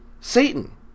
Satan